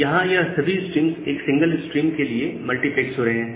यहां यह सभी स्ट्रीम्स एक सिंगल स्ट्रीम के लिए मल्टीप्लेक्स हो रहे हैं